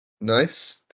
Nice